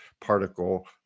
particle